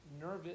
nervous